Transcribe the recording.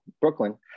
Brooklyn